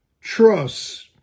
trust